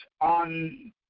on